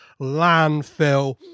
landfill